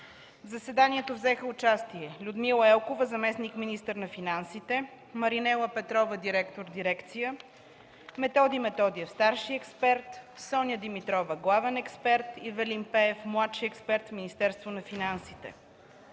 В заседанието взеха участие Людмила Елкова – заместник-министър на финансите, Маринела Петрова – директор на дирекция, Методи Методиев – старши експерт, Соня Димитрова –главен експерт, и Велин Пеев – младши експерт в Министерството на финансите.